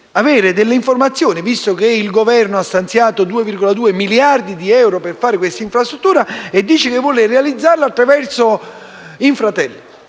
avere delle informazioni, visto che il Governo ha stanziato 2,2 miliardi di euro per fare l'infrastruttura in questione e dice di volerla realizzare attraverso Infratel.